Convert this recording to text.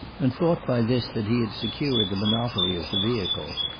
and thought by this that he had secured the monopoly of the vehicle.